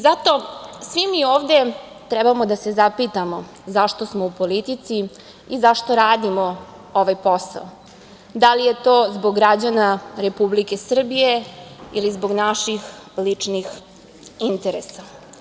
Zato svi mi ovde trebamo da se zapitamo zašto smo u politici i zašto radimo ovaj posao, da li je to zbog građana Republike Srbije ili zbog naših ličnih interesa.